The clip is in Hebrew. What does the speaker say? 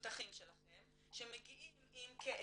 למבוטחים שלכם שמגיעים עם כאב,